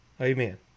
Amen